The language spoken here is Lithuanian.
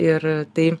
ir tai